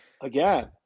again